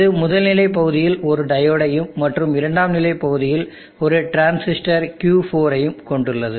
இது முதல் நிலை பகுதியில் ஒரு டையோடையும் மற்றும் இரண்டாம் நிலை பகுதியில் ஒரு டிரான்சிஸ்டர் Q4 யும் கொண்டுள்ளது